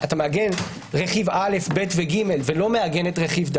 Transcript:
אתה מעגן רכיבים מסוימים ולא אחרים,